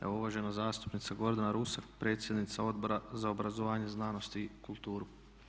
Evo uvažena zastupnica Gordana Rusak, predsjednica Odbora za obrazovanje, znanost i kulturu.